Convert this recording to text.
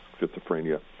schizophrenia